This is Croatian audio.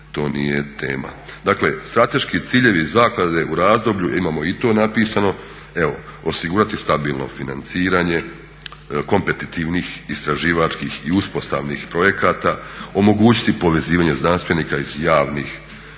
to nije tema. Dakle, strateški ciljevi zaklade u razdoblju, imamo i to napisano, evo osigurati stabilno financiranje kompetitivnih, istraživačkih i uspostavnih projekata, omogućiti povezivanje znanstvenika iz javnih